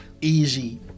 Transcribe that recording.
easy